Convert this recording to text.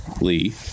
Lee